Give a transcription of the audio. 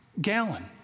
gallon